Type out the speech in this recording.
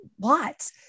lots